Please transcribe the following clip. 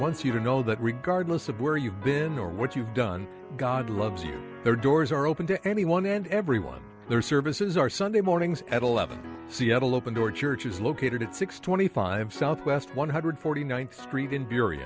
once you know that regardless of where you've been or what you've done god loves their doors are open to anyone and everyone their services are sunday mornings at eleven seattle open door church is located at six twenty five south west one hundred forty ninth street in